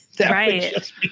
right